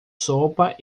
sopa